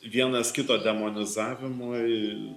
vienas kito demonizavimui